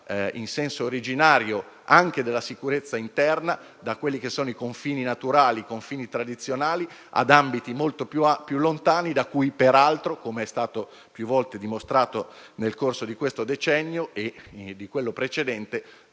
quanto riguarda la sicurezza interna, dai confini naturali e tradizionali ad ambiti molto più lontani, da cui peraltro, come è stato più volte dimostrato nel corso di questo decennio e di quello precedente,